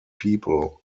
people